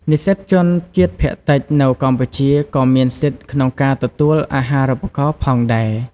និស្សិតជនជាតិភាគតិចនៅកម្ពុជាក៏មានសិទ្ធិក្នុងការទទួលអាហារូបករណ៍ផងដែរ។